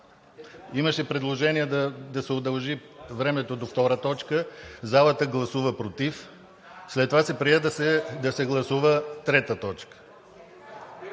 Имаше предложение да се удължи времето до втора точка – залата гласува против. След това се прие да се гласува трета точка…